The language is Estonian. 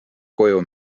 koju